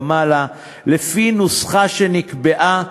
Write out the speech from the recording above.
לפי נוסחה שנקבעה,